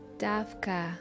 davka